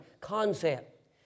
concept